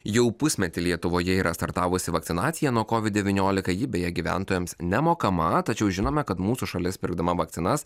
jau pusmetį lietuvoje yra startavusi vakcinacija nuo covid devyniolika ji beje gyventojams nemokama tačiau žinome kad mūsų šalies pirkdama vakcinas